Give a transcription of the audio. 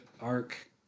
arc